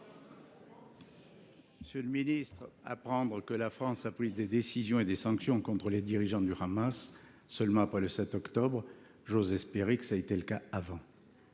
Monsieur le ministre, j’apprends que la France a pris des sanctions contre les dirigeants du Hamas seulement après le 7 octobre ! J’ose espérer que cela a été fait avant,